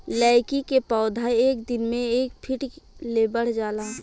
लैकी के पौधा एक दिन मे एक फिट ले बढ़ जाला